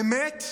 באמת.